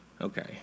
okay